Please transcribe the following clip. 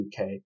UK